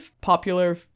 popular